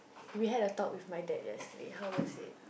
we had a talk with my dad yesterday how was it